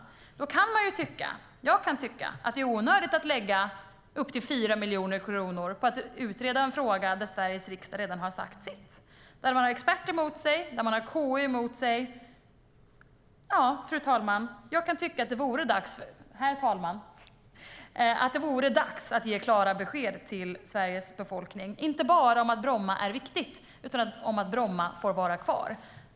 Man kan tycka - jag kan tycka - att det är onödigt att lägga upp till 4 miljoner kronor på att utreda en fråga när Sveriges riksdag redan har sagt sitt och när man har experter och KU emot sig. Herr talman! Jag kan tycka att det är dags att ge klara besked till Sveriges befolkning - inte bara att Bromma är viktig utan att Bromma får vara kvar.